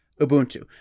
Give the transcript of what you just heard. Ubuntu